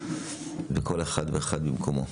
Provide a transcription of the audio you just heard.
וכל אחד ואחד במקומו.